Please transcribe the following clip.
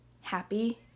happy